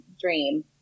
dream